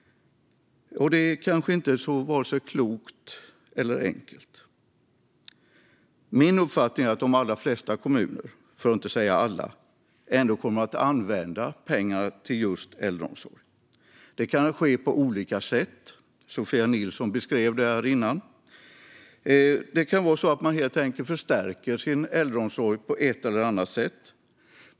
Det kanske inte är vare sig så klokt eller så enkelt. Min uppfattning är att de allra flesta kommuner, för att inte säga alla, ändå kommer att använda pengarna till just äldreomsorg. Det kan ske på olika sätt. Sofia Nilsson beskrev detta innan. Det kan vara så att man helt enkelt förstärker sin äldreomsorg på ett eller annat sätt.